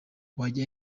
wajya